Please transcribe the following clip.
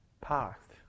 path